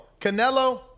Canelo